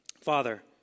Father